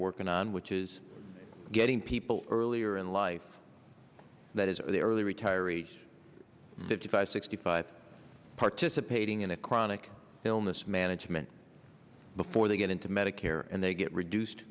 working on which is getting people earlier in life that is early retirees fifty five sixty five participating in a chronic illness management before they get into medicare and they get reduced